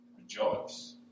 Rejoice